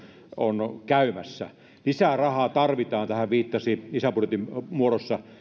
on käymässä lisää rahaa tarvitaan lisäbudjetin muodossa tähän viittasi